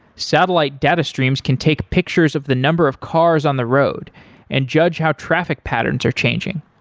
satellite data streams can take pictures of the number of cars on the road and judge how traffic patterns are changing.